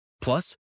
Plus